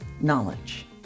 knowledge